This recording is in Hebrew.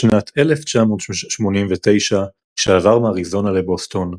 בשנת 1989, כשעבר מאריזונה לבוסטון,